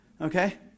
Okay